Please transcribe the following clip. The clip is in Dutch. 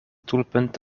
doelpunt